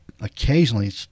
occasionally